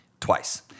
Twice